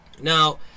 Now